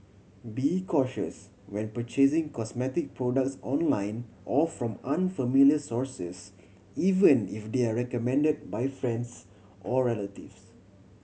be cautious when purchasing cosmetic products online or from unfamiliar sources even if they are recommended by friends or relatives